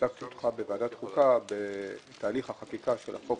ייצגתי אותך בוועדת החוקה בתהליך החקיקה של החוק